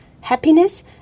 happiness